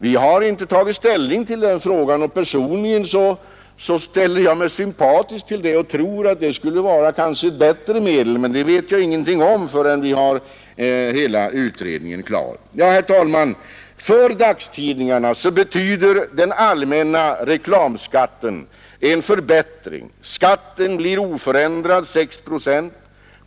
Vi har inte tagit ställning till den frågan. Personligen ställer jag mig sympatisk till denna tanke och tror att en avgift kanske skulle vara ett bättre medel, men det vet vi ingenting om förrän vi har hela utredningen klar. Herr talman! För dagstidningarna betyder den allmänna reklamskatten en förbättring. Skatten utgår oförändrat med 6 procent.